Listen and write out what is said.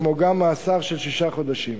כמו גם מאסר של שישה חודשים.